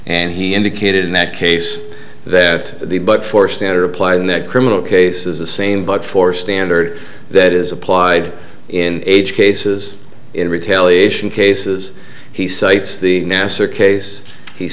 and he indicated in that case that the but for standard applied in that criminal case is the same but for standard that is applied in age cases in retaliation cases he cites the nasser case he